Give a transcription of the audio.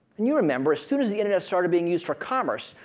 can you remember, as soon as the internet started being used for commerce,